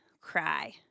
cry